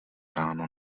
ráno